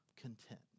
content